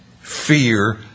fear